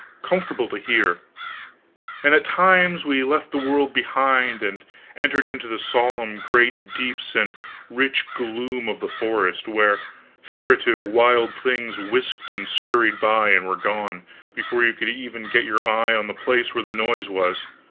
comfortable to hear and at times we left the world behind and entered into the solemn great deeps and rich gloom of the forest, where furtive wild things whisked and scurried by and were gone before you could even get your eye on the place where the noise was